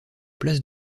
place